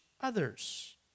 others